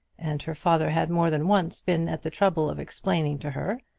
and her father had more than once been at the trouble of explaining to her,